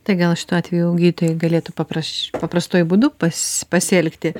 tai gal šiuo atveju gydytojai galėtų papraš paprastuoju būdu pas pasielgti